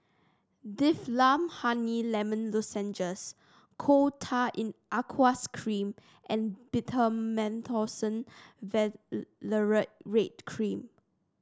Difflam Honey Lemon Lozenges Coal Tar in Aqueous Cream and Betamethasone Valerate Cream